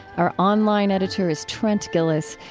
our online editor is trent gilliss.